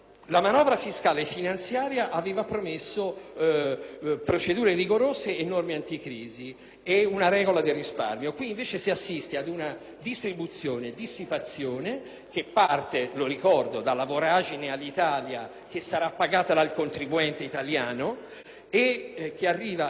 procedure rigorose, norme anticrisi e una regola del risparmio. Qui invece si assiste ad una distribuzione e a una dissipazione che parte - lo ricordo - dalla voragine Alitalia, che sarà pagata dal contribuente italiano, e arriva ai fondi per l'Expo di Milano,